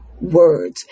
words